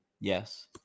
Yes